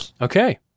Okay